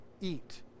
eat